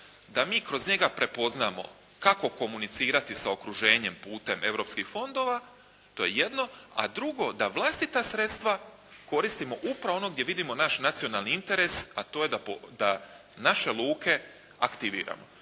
da mi kroz njega prepoznamo kako komunicirati sa okruženjem putem europskih fondova to je jedno, a drugo da vlastita sredstva koristimo upravo gdje vidimo naš nacionalni interes, a to je da naše luke aktiviramo.